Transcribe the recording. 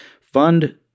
fund